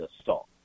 assault